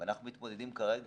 אנחנו מתמודדים כרגע,